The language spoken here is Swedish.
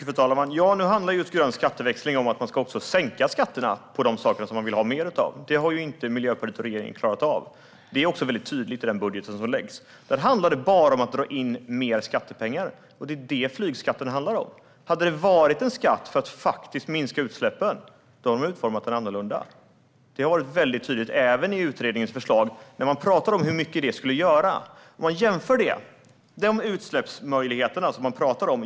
Fru talman! Grön skatteväxling handlar om att man också ska sänka skatterna på de saker som man vill ha mer av. Det har inte Miljöpartiet och regeringen klarat av. Det är väldigt tydligt i den budget som läggs fram. Där handlar det bara om att dra in mer skattepengar. Det är det som flygskatten handlar om. Hade det varit en skatt för att faktiskt minska utsläppen hade den utformats annorlunda. Det har varit väldigt tydligt även i utredningens förslag. Man kan titta på de möjligheter till utsläppsminskningar som det pratas om.